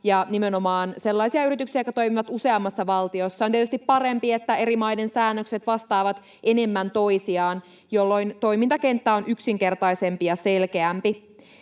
nimenomaan sellaisia yrityksiä, jotka toimivat useammassa valtiossa. On tietysti parempi, että eri maiden säännökset vastaavat enemmän toisiaan, jolloin toimintakenttä on yksinkertaisempi ja selkeämpi.